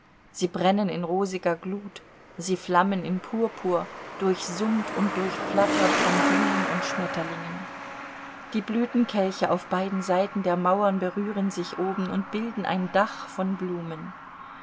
sie brennen in rosiger glut sie flammen in purpur durchsummt und durchflattert von bienen und schmetterlingen die blütenkelche auf beiden seiten der mauern berühren sich oben und bilden ein dach von blumen